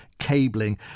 cabling